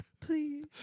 Please